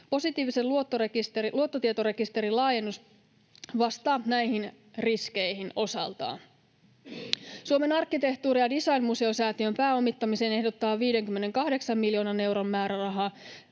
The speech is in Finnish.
Positiivisen luottotietorekisterin laajennus vastaa näihin riskeihin osaltaan. Suomen arkkitehtuuri- ja designmuseosäätiön pääomittamiseen ehdotetaan 58 miljoonan euron määrärahaa.